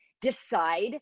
decide